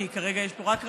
כי כרגע יש פה רק רבותיי,